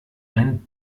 ein